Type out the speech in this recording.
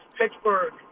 Pittsburgh